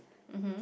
mmhmm